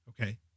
Okay